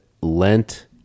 lent